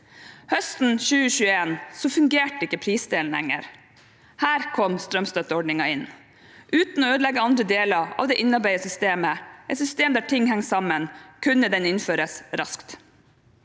Høsten 2021 fungerte ikke prisdelen lenger. Her kom strømstøtteordningen inn, og uten å ødelegge andre deler av det innarbeidede systemet, et system der ting henger sammen, kunne den innføres raskt.